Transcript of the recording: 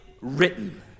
written